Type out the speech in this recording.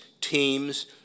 teams